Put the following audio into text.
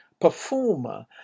performer